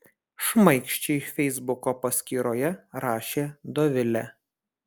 šmaikščiai feisbuko paskyroje rašė dovilė